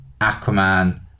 Aquaman